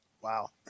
Wow